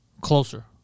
Closer